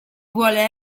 vuole